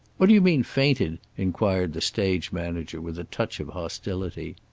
what d'you mean, fainted? inquired the stage manager, with a touch of hostility.